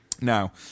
now